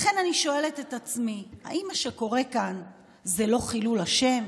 לכן אני שואלת את עצמי האם מה שקורה כאן זה לא חילול השם.